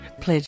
pledge